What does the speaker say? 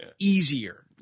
easier